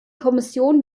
kommission